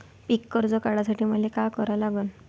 पिक कर्ज काढासाठी मले का करा लागन?